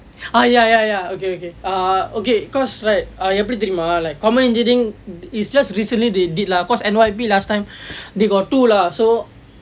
ah ya ya ya okay okay err okay cause right everything mah like common engineering is just recently they did lah cause N_Y_P last time they got two lah so